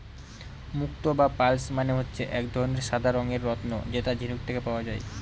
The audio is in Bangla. মুক্ত বা পার্লস মানে হচ্ছে এক ধরনের সাদা রঙের রত্ন যেটা ঝিনুক থেকে পায়